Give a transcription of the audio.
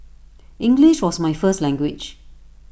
English was my first language